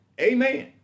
Amen